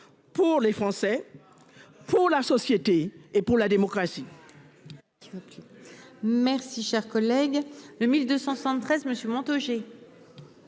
Pour les Français. Pour la société et pour la démocratie.